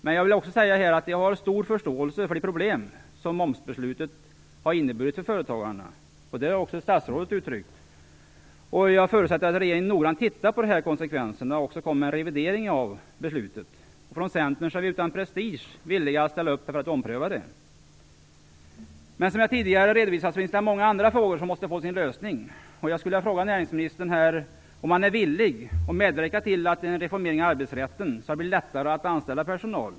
Men jag har stor förståelse för de problem som momsbeslutet har inneburit för företagarna, och det har också statsrådet uttryckt. Jag förutsätter att regeringen noggrant tittar på dessa konsekvenser och kommer med en revidering av beslutet. Från Centern är vi utan prestige villiga att ställa upp för att ompröva det. Som jag tidigare redovisat finns det många andra frågor som måste få sin lösning. Jag skulle vilja fråga näringsministern om han är villig att medverka till en reformering av arbetsrätten så att det blir lättare att anställa personal.